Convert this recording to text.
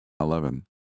Eleven